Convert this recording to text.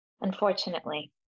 unfortunately